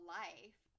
life